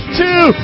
two